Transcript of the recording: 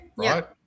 Right